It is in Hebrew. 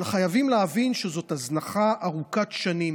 אבל חייבים להבין שזאת הזנחה ארוכת שנים.